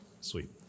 sweet